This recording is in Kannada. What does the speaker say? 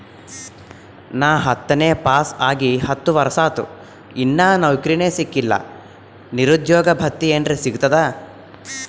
ನಾ ಹತ್ತನೇ ಪಾಸ್ ಆಗಿ ಹತ್ತ ವರ್ಸಾತು, ಇನ್ನಾ ನೌಕ್ರಿನೆ ಸಿಕಿಲ್ಲ, ನಿರುದ್ಯೋಗ ಭತ್ತಿ ಎನೆರೆ ಸಿಗ್ತದಾ?